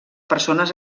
persones